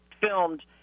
filmed